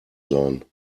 sein